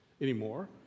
anymore